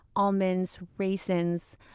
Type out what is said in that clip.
almonds, raisins,